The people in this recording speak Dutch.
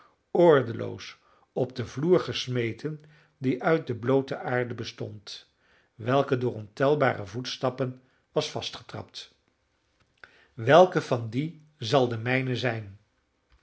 ordeloos op den vloer gesmeten die uit de bloote aarde bestond welke door ontelbare voetstappen was vastgetrapt welke van die zal de mijne zijn